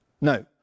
No